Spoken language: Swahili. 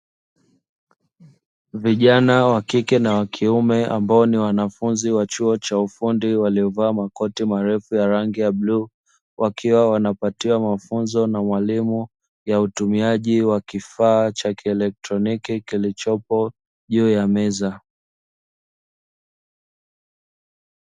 Vijana wakike na wakiume, ambao ni wanafunzi wa chuo cha ufundi waliyovaa makoti marefu ya rangi ya bluu wakiwa wanapatiwa mafunzo na mwalimu, ya utumiaji wa kifaa cha kielektroniki kilichopo juu ya meza.